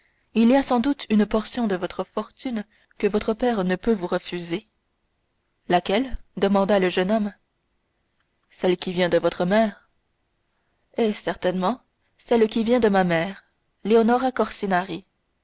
il y a sans doute une portion de votre fortune que votre père ne peut vous refuser laquelle demanda le jeune homme celle qui vient de votre mère eh certainement celle qui vient de ma mère